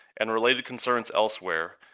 and related concerns elsewhere,